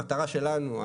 המטרה שלנו,